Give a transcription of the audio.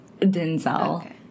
Denzel